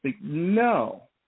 No